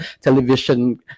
television